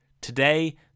Today